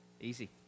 Easy